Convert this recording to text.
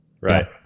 right